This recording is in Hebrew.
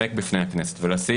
לנמק בפני הכנסת ולשים